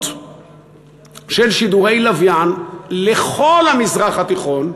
של שידורי לוויין לכל המזרח התיכון,